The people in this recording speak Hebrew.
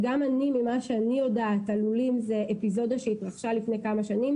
ממה שאני יודעת הלולים זה אפיזודה שהתרחשה לפני כמה שנים.